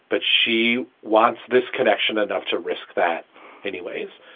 but she wants this connection enough to risk that anyways.